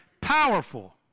powerful